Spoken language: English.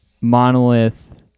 monolith